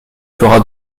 fera